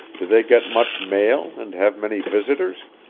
do they get much mail and have many visitors?